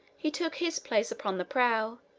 he took his place upon the prow,